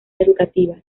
educativa